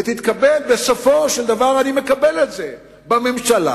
ובסופו של דבר תתקבל החלטה בממשלה